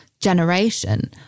generation